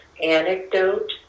anecdote